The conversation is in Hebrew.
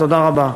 תודה רבה.